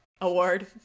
award